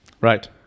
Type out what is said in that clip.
Right